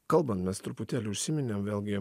kalbant mes truputėlį užsiminėm vėlgi